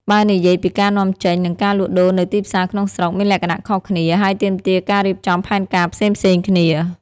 បើនិយាយពីការនាំចេញ និងការលក់ដូរនៅទីផ្សារក្នុងស្រុក មានលក្ខណៈខុសគ្នា ហើយទាមទារការរៀបចំផែនការផ្សេងៗគ្នា។